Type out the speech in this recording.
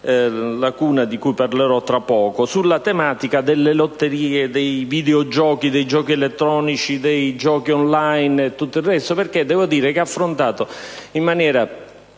lacuna di cui parlerò tra poco, sulla tematica delle lotterie, dei videogiochi, dei giochi elettronici, dei giochi *on line* e tutto il resto, perché ha affrontato in maniera